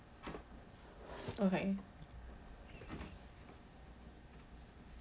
okay